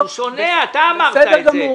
הוא שונה, אתה אמרת את זה.